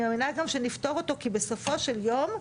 אני מאמינה גם שנפתור אותו כי בסופו של יום,